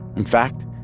in fact,